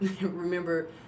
remember